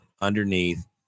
underneath